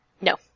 No